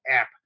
app